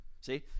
See